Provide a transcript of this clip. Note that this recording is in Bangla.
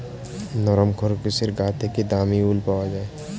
নরম খরগোশের গা থেকে দামী উল পাওয়া যায়